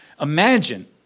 Imagine